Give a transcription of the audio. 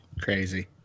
Crazy